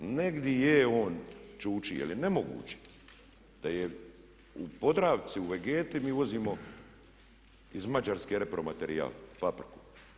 Negdje on čuči, jer je nemoguće da je u Podravci, u Vegeti mi uvozimo iz Mađarske repromaterijal, papriku.